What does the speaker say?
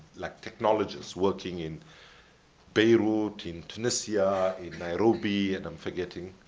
like technologists, working in beirut, in tunisia, in nairobi, and i'm forgetting,